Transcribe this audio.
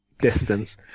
distance